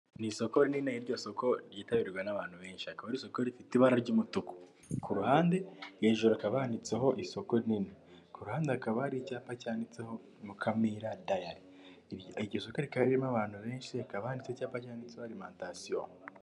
Ni isoko rinini, iryo soko ryitabirwa n'abantu benshi rikaba ari isoko rifite ibara ry'umutuku ku ruhande hejuru haakaba handitseho isoko nini ku ruhande akaba ari icyapa cyanditseho Mukamira dayari, iryo soko rikaba ririmo abantu benshi rikaba ryanditseho Alimantasiyo.